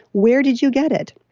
where did you get it?